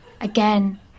Again